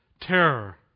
terror